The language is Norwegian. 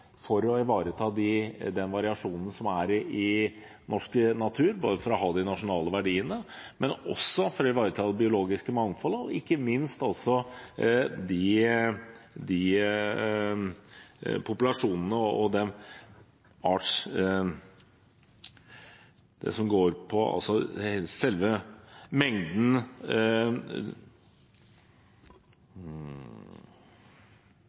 for å verne mer for å ivareta variasjonen i norsk natur, for å ha de nasjonale verdiene, men også for å ivareta det biologiske mangfoldet og ikke minst for å ivareta de populasjonene som